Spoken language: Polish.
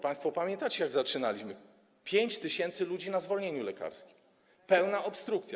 Państwo pamiętacie, jak zaczynaliśmy: 5 tys. ludzi na zwolnieniu lekarskim, pełna obstrukcja.